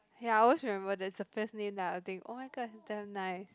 ya I always remember that it's the first name that I will think oh-my-god damn nice